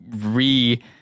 re